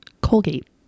Colgate